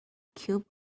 cube